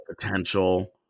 potential